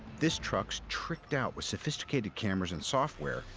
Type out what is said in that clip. this truck's tricked out with sophisticated cameras and software,